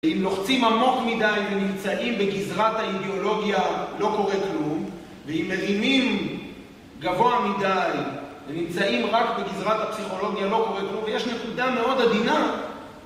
אם נוחצים עמוק מדי ונמצאים בגזרת האידיאולוגיה לא קורה כלום ואם נאימים גבוה מדי ונמצאים רק בגזרת הפסיכולוגיה לא קורה כלום ויש נקודה מאוד עדינה